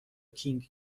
کینگ